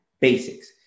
basics